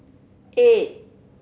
eight